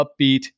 upbeat